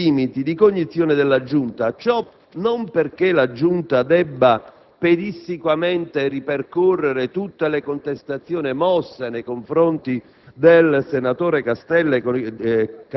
inscrive appieno nei limiti di cognizione della Giunta e ciò non perché essa debba pedissequamente ripercorrere tutte le contestazioni mosse nei confronti